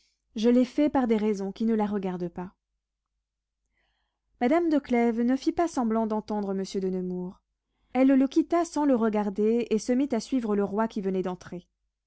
je l'ai fait par des raisons qui ne la regardent pas madame de clèves ne fit pas semblant d'entendre monsieur de nemours elle le quitta sans le regarder et se mit à suivre le roi qui venait d'entrer